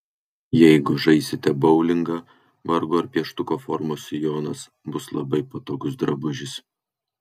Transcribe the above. jeigu žaisite boulingą vargu ar pieštuko formos sijonas bus labai patogus drabužis